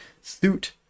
suit